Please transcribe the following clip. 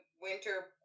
winter